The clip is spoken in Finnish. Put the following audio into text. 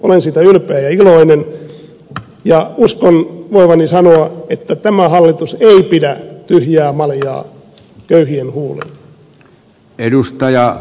olen siitä ylpeä ja iloinen ja uskon voivani sanoa että tämä hallitus ei pidä tyhjää maljaa köyhien huulilla